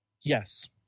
Yes